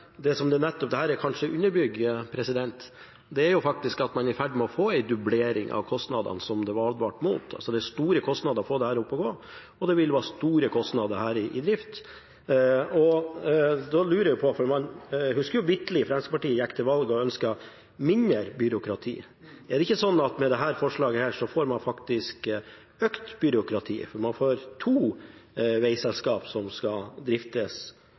det dette kanskje nettopp underbygger, er at man er i ferd med å få en dublering av kostnadene, som det var advart mot. Det er store kostnader for å få dette opp å gå, og det vil være store kostnader ved drift. Da lurer jeg på, for man husker vitterlig Fremskrittspartiet gikk til valg med ønske om mindre byråkrati: Er det ikke sånn at med dette forslaget får man faktisk økt byråkrati, for man får to vegselskaper som skal driftes?